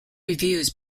reviews